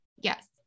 yes